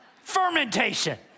fermentation